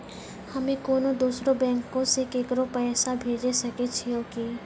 हम्मे कोनो दोसरो बैंको से केकरो पैसा भेजै सकै छियै कि?